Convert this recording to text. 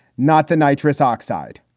not the nitrous oxide.